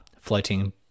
floating